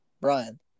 Brian